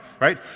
right